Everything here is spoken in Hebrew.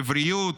לבריאות,